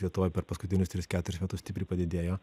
lietuvoj per paskutinius tris keturis metus stipriai padidėjo